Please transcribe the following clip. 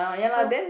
cause